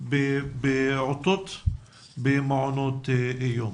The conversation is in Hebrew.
בפעוטות בגנים ובמסגרות לגיל הרך.